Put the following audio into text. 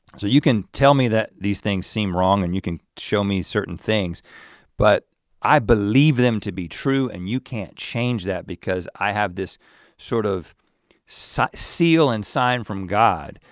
so you can tell me that these things seem wrong and you can show me certain things but i believe them to be true and you can't change that because i have this sort of seal and sign from god,